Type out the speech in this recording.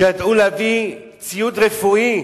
שידעו להביא ציוד רפואי,